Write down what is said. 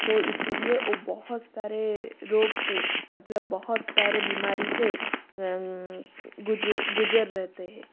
सो इसीलिए ओ बहुत सारे रोग से मतलब बहुत सारे बीमारी से गुजर रहते है